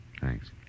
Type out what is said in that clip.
Thanks